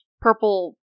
purple